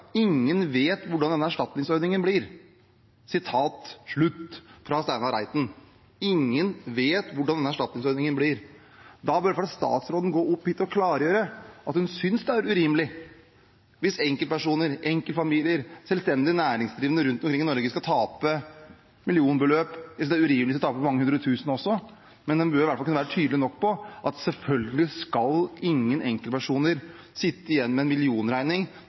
Ingen vet hvordan denne erstatningsordningen blir – jeg gjentar, ingen vet hvordan denne erstatningsordningen blir. Da bør i hvert fall statsråden gå opp på talerstolen og klargjøre om hun synes det er urimelig hvis enkeltpersoner, enkeltfamilier og selvstendig næringsdrivende rundt omkring i Norge skal tape millionbeløp – jeg synes det er urimelig hvis de skal tape mange hundre tusen også, men en burde i hvert fall være tydelig nok på at selvfølgelig skal ingen enkeltpersoner sitte igjen med en millionregning